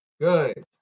Good